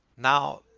now,